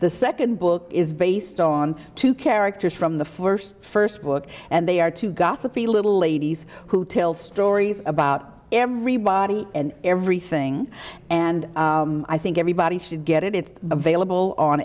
the second book is based on two characters from the first first book and they are two gossipy little ladies who tell stories about everybody and everything and i think everybody should get it it's available on